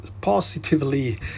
positively